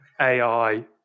AI